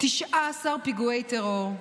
19 פיגועי טרור,